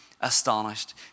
astonished